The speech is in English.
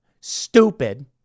stupid